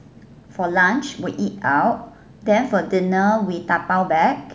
for lunch we eat out then for dinner we tapao back